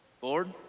board